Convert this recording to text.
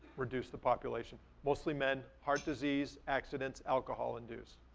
reduce the population. mostly men, heart disease, accidents, alcohol-induced.